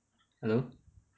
hello